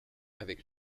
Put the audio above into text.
avec